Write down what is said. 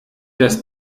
das